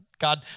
God